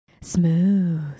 smooth